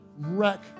wreck